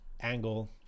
angle